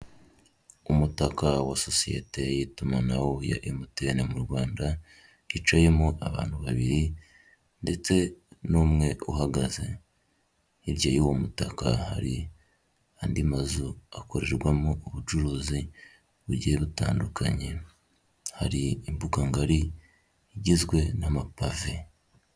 Umutaka wa sosiyete y'itumanaho ya MTN mu rwanda, hicayemo abantu babiri, ndetse n'umwe uhagaze. Hirya y'uwo mutaka hari andi mazu akorerwamo ubucuruzi bugiye butandukanye. Hari imbuga ngari igizwe n'amapave.